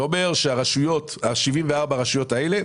זה אומר ש-74 הרשויות האלה,